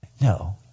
No